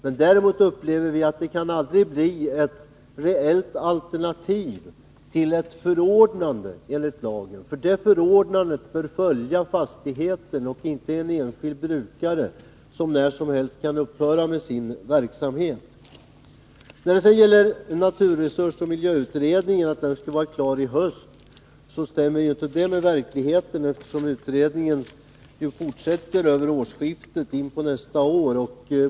Men däremot upplever vi att det aldrig kan bli ett reellt alternativ till förordnande enligt lagen. Det förordnandet bör följa fastigheten och inte en enskild brukare, som när som helst kan upphöra med sin verksamhet. Att naturresursoch miljöutredningen skulle vara klar i höst stämmer ju inte med verkligheten, eftersom utredningen fortsätter in på nästa år.